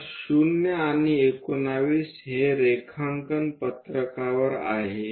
तर 0 आणि 19 हे रेखांकन पत्रकवर आहेत